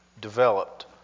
developed